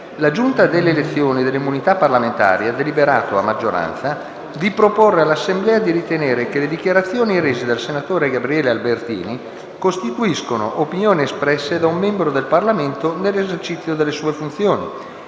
la Giunta delle elezioni e delle immunità parlamentari ha deliberato, a maggioranza, di proporre all'Assemblea di ritenere che le dichiarazioni rese dal senatore Albertini costituiscono opinioni espresse da un membro del Parlamento nell'esercizio delle sue funzioni